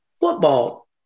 football